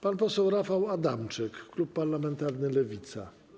Pan poseł Rafał Adamczyk, klub parlamentarny Lewica.